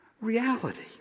reality